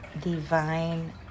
divine